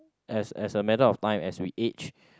as as a matter of time as we aged